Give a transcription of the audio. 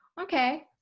Okay